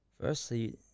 Firstly